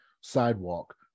sidewalk